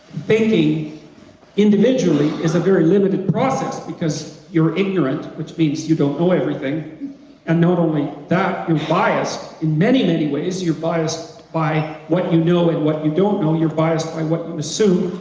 thinking individually is a very limited process because you're ignorant, which means you don't know everything and not only that, you're biased in many many ways you're biased by what you know and what you don't know, you're biased by what you assume,